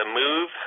move